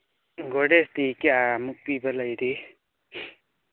ꯒꯣꯗ꯭ꯔꯦꯖꯇꯤ ꯀꯌꯥꯃꯨꯛ ꯄꯤꯕ ꯂꯩꯔꯤ